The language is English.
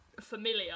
familiar